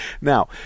Now